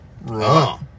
Right